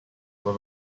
were